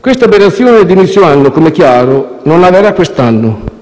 Questa aberrazione di inizio anno, come è chiaro, non avverrà quest'anno